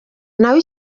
nawe